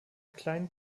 kleinen